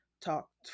talked